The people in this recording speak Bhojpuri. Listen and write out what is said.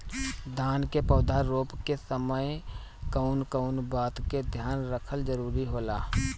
धान के पौधा रोप के समय कउन कउन बात के ध्यान रखल जरूरी होला?